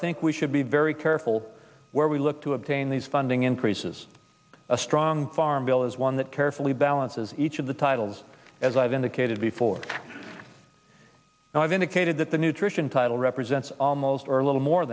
think we should be very careful where we look to obtain these funding increases a strong farm bill is one that carefully balances each of the titles as i've indicated before i've indicated that the nutrition title represents almost or little more